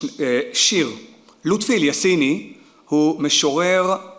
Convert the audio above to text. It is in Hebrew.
שיר. לוטפיל יסיני הוא משורר